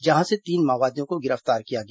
जहां से तीन माओवादियों को गिरफ्तार किया गया